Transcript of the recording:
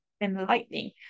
Enlightening